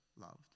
loved